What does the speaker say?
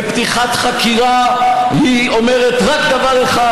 ופתיחת חקירה אומרת רק דבר אחד: